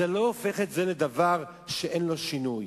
זה לא הופך את התקציב לדבר שאינו בר-שינוי.